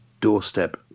Doorstep